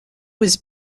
was